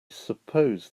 suppose